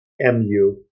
mu